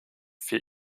für